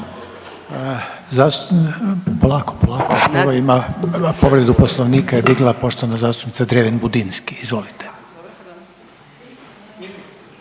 Polako, polako. Prvo ima povredu Poslovnika je digla poštovana zastupnica Dreven-Budinski, izvolite.